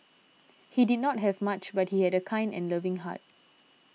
he did not have much but he had a kind and loving heart